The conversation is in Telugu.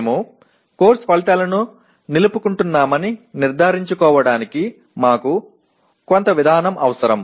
మేము కోర్సు ఫలితాలను నిలుపుకుంటున్నామని నిర్ధారించుకోవడానికి మాకు కొంత విధానం అవసరం